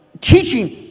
teaching